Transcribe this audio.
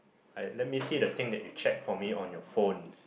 I let me see the thing that you check for me on your phone